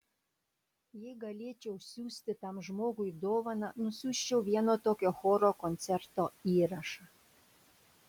jei galėčiau siųsti tam žmogui dovaną nusiųsčiau vieno tokio choro koncerto įrašą